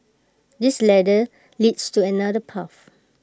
this ladder leads to another path